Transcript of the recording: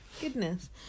Goodness